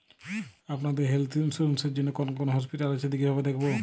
আপনাদের health insurance এ কোন কোন হসপিটাল আছে কিভাবে দেখবো?